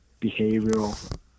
behavioral